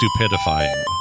stupidifying